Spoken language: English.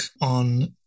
on